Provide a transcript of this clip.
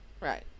Right